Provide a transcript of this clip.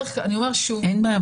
אין בעיה.